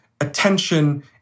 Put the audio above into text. attention